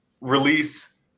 release